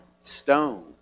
stone